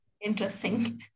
Interesting